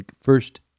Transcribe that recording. first